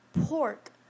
pork